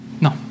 No